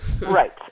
Right